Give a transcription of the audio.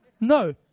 No